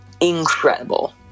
incredible